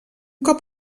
cop